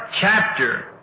chapter